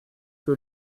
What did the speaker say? que